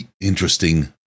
interesting